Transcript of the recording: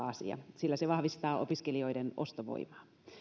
asia sillä se vahvistaa opiskelijoiden ostovoimaa